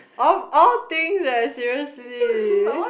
oh all thing leh seriously